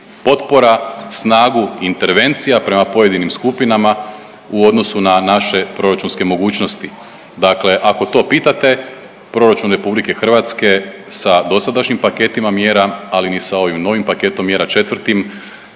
potpora i snagu intervencija prema pojedinim skupinama u odnosu na naše proračunske mogućnosti. Dakle ako to pitate proračun RH sa dosadašnjim paketima mjera, ali ni sa ovim novim paketom mjera 4.